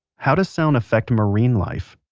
how does sound affect marine life?